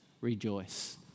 rejoice